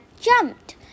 jumped